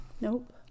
Nope